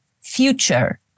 future